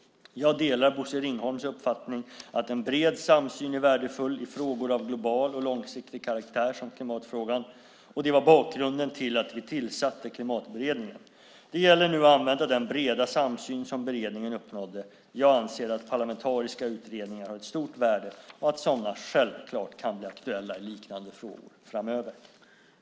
Jag delar Bosse Ringholms uppfattning att en bred samsyn är värdefull i frågor av global och långsiktig karaktär som klimatfrågan. Det var bakgrunden till att vi tillsatte Klimatberedningen. Det gäller nu att använda den breda samsyn som beredningen uppnådde. Jag anser att parlamentariska utredningar har ett stort värde och att sådana självklart kan bli aktuella i liknande frågor framöver. Då Bosse Ringholm, som framställt interpellationen, anmält att han inte hade för avsikt att delta i debatten förklarade andre vice talmannen överläggningen avslutad.